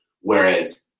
whereas